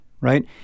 Right